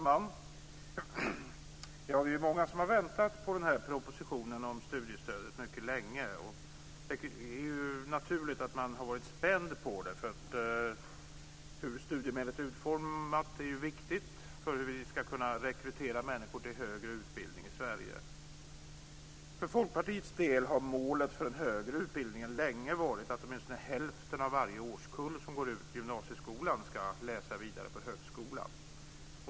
Fru talman! Vi är många som har väntat på propositionen om studiestödet mycket länge. Det är naturligt att man har varit spänd på det. Hur studiemedlet är utformat är ju viktigt för hur vi ska kunna rekrytera människor till högre utbildning i Sverige. För Folkpartiets del har målet för den högre utbildningen länge varit att åtminstone hälften av varje årskull som går ut gymnasieskolan ska läsa vidare på högskolan.